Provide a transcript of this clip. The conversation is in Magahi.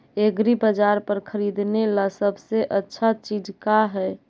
एग्रीबाजार पर खरीदने ला सबसे अच्छा चीज का हई?